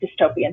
dystopian